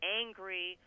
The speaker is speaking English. angry